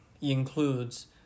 includes